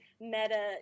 meta